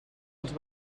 els